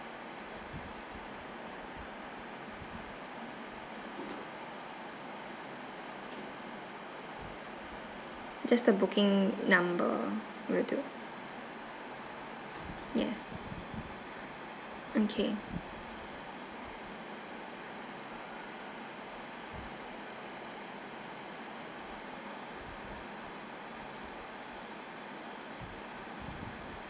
just the booking number will do yes okay